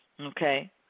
okay